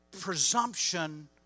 presumption